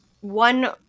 one